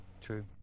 True